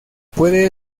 puede